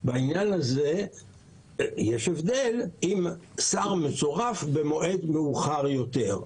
בעניין הזה יש הבדל אם שר מצורף במועד מאוחר יותר.